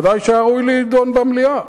ודאי שהיה ראוי להידון במליאה.